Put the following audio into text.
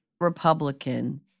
Republican